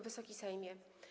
Wysoki Sejmie!